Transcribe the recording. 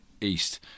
east